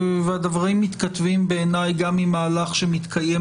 והדברים מתכתבים בעיני גם עם מהלך שמתקיים